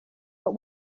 but